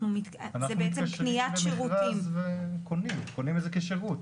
אנחנו מתקשרים במכרז וקונים את זה כשירות,